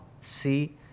see